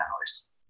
hours